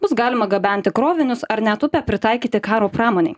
bus galima gabenti krovinius ar net upę pritaikyti karo pramonei